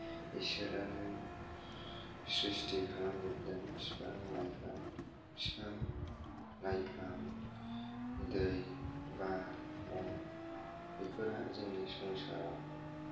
इसोरानो स्रिशति खालाम जोबदों फिफां लाइफां फिफां लाइफां दै बार अर बेफोरा जोंनि संसाराव